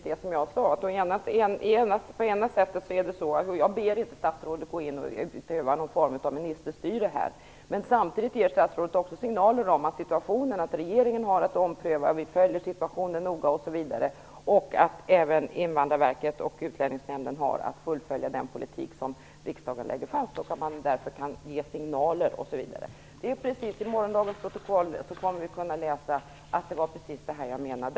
Fru talman! Jag tycker att statsrådet bekräftade precis det som jag sade. Jag ber inte statsrådet att gå in och utöva någon form av ministerstyre. Men statsrådet ger samtidigt signaler om att regeringen har att ompröva, man följer situationen noga osv. och att även Invandrarverket och Utlänningsnämnden har att fullfölja den politik som riksdagen lägger fast. Därför kan man ge signaler osv. I morgondagens protokoll kommer vi att kunna läsa att det var precis det jag menade.